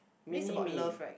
this's about love right